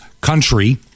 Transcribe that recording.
country